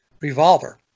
Revolver